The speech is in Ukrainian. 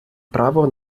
право